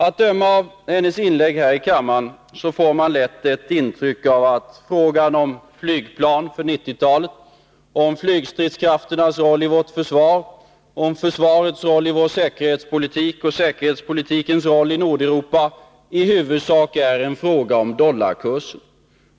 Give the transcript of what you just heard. Av hennes inlägg här i kammaren får man lätt ett intryck av att frågan om flygplan för 1990-talet, om flygstridskrafternas roll i vårt försvar, om försvarets roll i vår säkerhetspolitik och om säkerhetspolitikens roll i Nordeuropa i huvudsak är en fråga om dollarkursen.